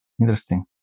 Interesting